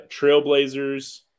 trailblazers